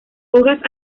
hojas